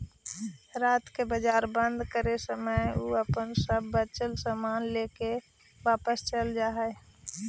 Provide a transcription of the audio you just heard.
रात में बाजार बंद करित समय उ अपन सब बचल सामान लेके वापस चल जा हइ